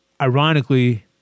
ironically